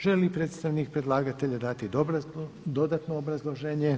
Želi li predstavnik predlagatelja dati dodatno obrazloženje?